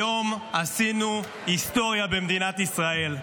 היום עשינו היסטוריה במדינת ישראל.